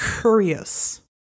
curious